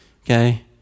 Okay